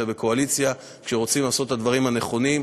לקואליציה כשרוצים לעשות את הדברים הנכונים,